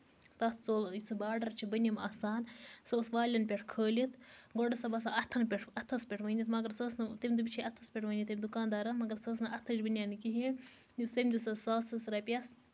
تَتھ ژوٚل یُس سُہ باڈَر چھُ بۅنِم آسان سُہ اوس والین پیٚٹھ کھٲلِتھ گۄڈٕ اوس سۅ باسان اَتھن پیٚٹھ اَتھس پیٚٹھ ووٗنِتھ مَگر سۄ ٲسۍ نہٕ تٔمۍ دوٚپ یہِ چھےٚ اَتھس پیٚٹھ ووٗنِتھ تٔمۍ دُکان دارَن مَگر سۄ ٲسۍ نہٕ اَتھٕچ بنیٛان کِہیٖنٛۍ یُس تٔمۍ دِژٕ سۄ ساسَس رۄپیَس